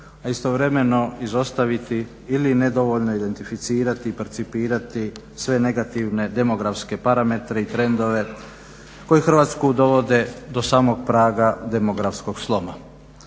a istovremeno izostaviti ili nedovoljno identificirati i participirati sve negativne demografske parametre i trendove koji Hrvatsku dovode do samog praga demografskog sloma.